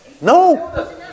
No